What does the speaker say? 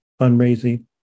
fundraising